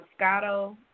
Moscato